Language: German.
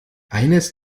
eines